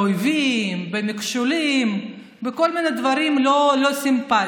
באויבים, במכשולים, בכל מיני דברים לא סימפטיים.